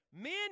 Men